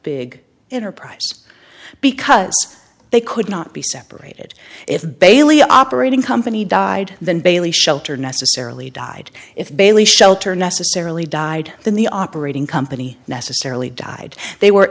big enterprise because they could not be separated if bailey operating company died than bailey shelter necessarily died if bailey shelter necessarily died than the operating company necessarily died they were